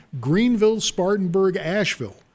Greenville-Spartanburg-Asheville